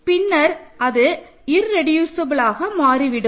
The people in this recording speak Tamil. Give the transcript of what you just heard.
பின்னர் அது இர்ரெடியூசபல்லாக மாறிவிடும்